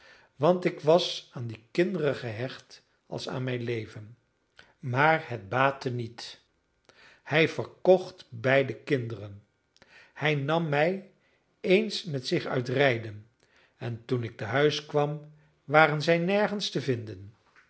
want ik was aan die kinderen gehecht als aan mijn leven maar het baatte niet hij verkocht beide kinderen hij nam mij eens met zich uit rijden en toen ik tehuis kwam waren zij nergens te vinden